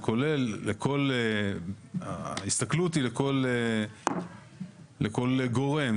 ההסתכלות היא לכל גורם.